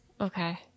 okay